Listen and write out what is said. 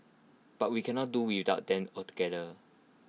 but we cannot do without them altogether